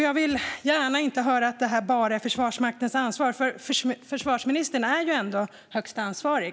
Jag vill gärna slippa höra att det bara är Försvarsmaktens ansvar. Försvarsministern är ändå högst ansvarig.